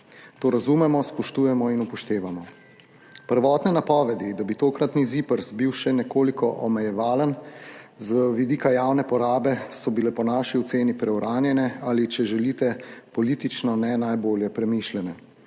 To razumemo, spoštujemo in upoštevamo. Prvotne napovedi, da bi tokratni ZIPRS bil še nekoliko omejevalen z vidika javne porabe, so bile po naši oceni preuranjene ali, če želite, politično ne najbolje premišljene.